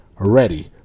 Ready